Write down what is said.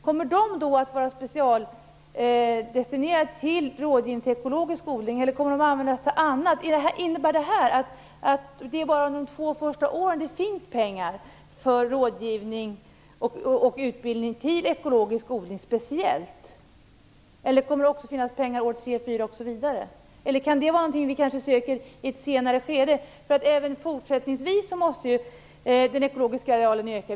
Kommer de att vara specialdestinerade till rådgivning beträffande ekologisk odling eller kommer de att användas till annat? Innebär det här att det bara är under de två första åren som det kommer att finnas pengar för rådgivning och utbildning när det särskilt gäller ekologisk odling? Eller kommer det också att finnas pengar år tre och fyra? Eller är det någonting som vi söker i ett senare skede? Den ekologiska arealen måste ju även fortsättningsvis öka.